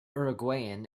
uruguayan